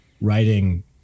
writing